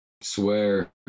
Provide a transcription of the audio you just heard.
swear